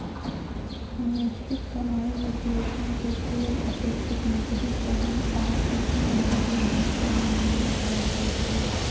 निश्चित कमाइ विश्लेषण के लेल अपेक्षित नकदी चलन आऽ उचित जरूरी उपज के अनुमान लगाएल जाइ छइ